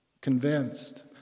convinced